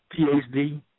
PhD